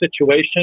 situation